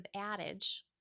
adage